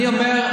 אני אומר,